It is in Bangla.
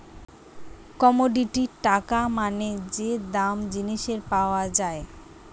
কমোডিটি টাকা মানে যে দাম জিনিসের পাওয়া যায়